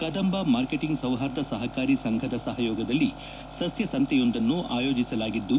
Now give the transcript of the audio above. Kadamba marketing ಸೌಹಾರ್ದ ಸಹಕಾರಿ ಸಂಫದ ಸಹಯೋಗದಲ್ಲಿ ಸಸ್ಥಸಂತೆಯೊಂದನ್ನು ಆಯೋಜಿಸಲಾಗಿದ್ದು